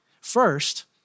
First